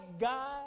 God